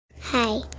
Hi